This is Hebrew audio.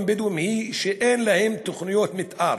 הבדואיים היא שאין להם תוכניות מתאר,